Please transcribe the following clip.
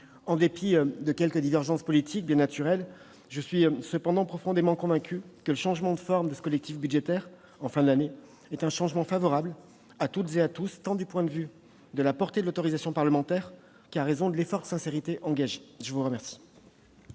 En dépit de quelques divergences politiques, bien naturelles, je suis profondément convaincu que le changement de forme de ce collectif budgétaire de fin d'année est favorable à toutes et à tous, tant du point de vue de la portée de l'autorisation parlementaire qu'en raison de l'effort de sincérité engagé. La parole